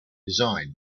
design